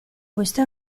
questo